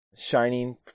shining